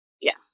Yes